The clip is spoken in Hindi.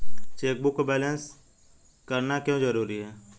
चेकबुक को बैलेंस करना क्यों जरूरी है?